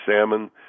Salmon